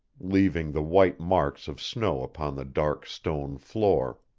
leaving the white marks of snow upon the dark stone floor.